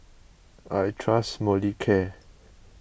I trust Molicare